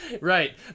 Right